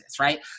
Right